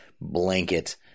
blanket